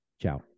ciao